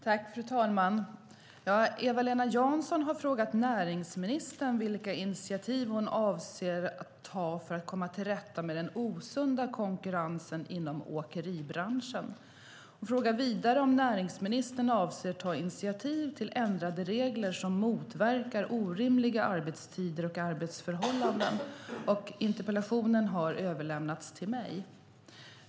Fru talman! Eva-Lena Jansson har frågat näringsministern vilka initiativ hon avser att ta för att komma till rätta med den osunda konkurrensen inom åkeribranschen. Hon frågar vidare om näringsministern avser att ta initiativ till ändrade regler som motverkar orimliga arbetstider och arbetsförhållanden. Interpellationen har överlämnats till mig.